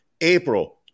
April